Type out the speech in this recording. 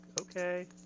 okay